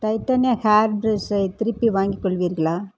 Titania hair பிரஷை திருப்பி வாங்கிக் கொள்வீர்களா